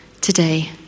today